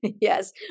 Yes